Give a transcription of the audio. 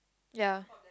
ya